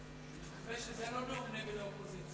אני מקווה שזה לא נאום נגד האופוזיציה.